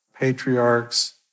patriarchs